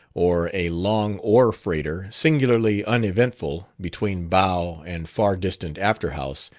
or a long ore-freighter, singularly uneventful between bow and far-distant afterhouse,